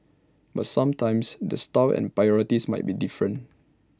but sometimes the style and priorities might be different